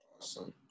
Awesome